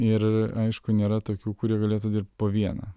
ir aišku nėra tokių kurie galėtų dirbt po vieną